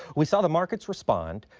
we saw the markets respond.